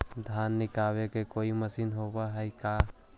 धान निकालबे के कोई मशीन होब है का?